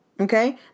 okay